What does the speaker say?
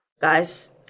guys